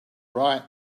right